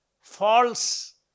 false